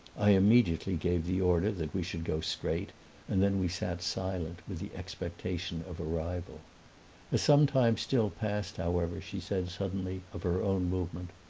i immediately gave the order that we should go straight and then we sat silent with the expectation of arrival. as some time still passed, however, she said suddenly, of her own movement,